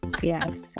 yes